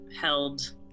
held